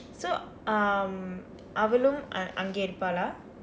so um அவளும் அங்கே இருப்பாளா:avalum angkee iruppaalaa